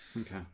Okay